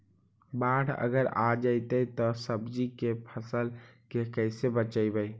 बाढ़ अगर आ जैतै त सब्जी के फ़सल के कैसे बचइबै?